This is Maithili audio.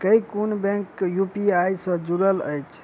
केँ कुन बैंक यु.पी.आई सँ जुड़ल अछि?